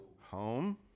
Home